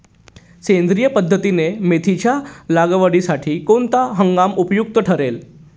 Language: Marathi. सेंद्रिय पद्धतीने मेथीच्या लागवडीसाठी कोणता हंगाम उपयुक्त ठरेल?